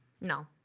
No